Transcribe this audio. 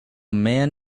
man